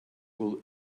will